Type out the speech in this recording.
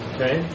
Okay